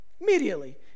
immediately